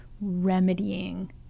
remedying